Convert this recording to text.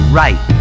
right